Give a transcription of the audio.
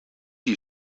you